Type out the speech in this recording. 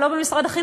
ואחר כך,